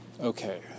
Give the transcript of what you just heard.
okay